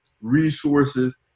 resources